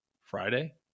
Friday